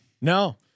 No